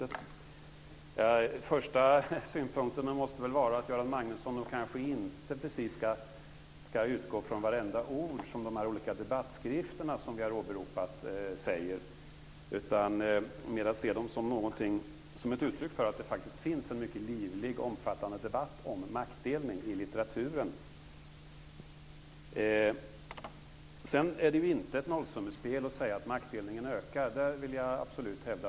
Den första synpunkten måste vara att Göran Magnusson kanske inte precis ska utgå från vad vartenda ord i de olika debattskrifter som vi har åberopat säger utan mer se dem som ett uttryck för att det finns en mycket livlig och omfattande debatt om maktdelning i litteraturen. Det är inte ett nollsummespel om man inför mer av maktdelning. Det vill jag absolut hävda.